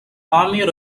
army